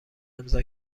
امضا